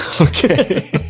Okay